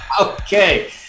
okay